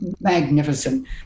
magnificent